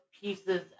pieces